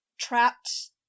trapped